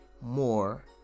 more